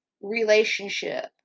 relationship